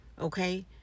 okay